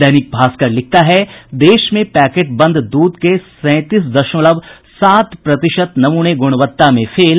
दैनिक भास्कर लिखता है देश में पैकेट बंद दूध के सैंतीस दशमलव सात प्रतिशत नमूने गुणवत्ता में फेल